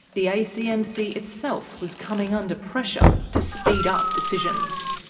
the acmc acmc itself was coming under pressure to speed up decisions.